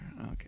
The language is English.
Okay